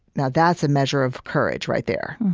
now that's a measure of courage right there.